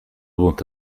ponte